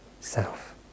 self